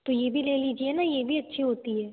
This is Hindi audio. तो ये भी ले लीजिए ना ये भी अच्छी होती है